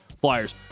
Flyers